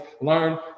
learn